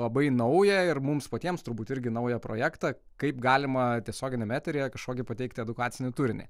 labai naują ir mums patiems turbūt irgi naują projektą kaip galima tiesioginiam eteryje kažkokį pateikti edukacinį turinį